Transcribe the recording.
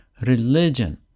religion